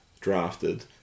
drafted